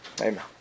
Amen